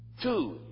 Two